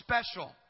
special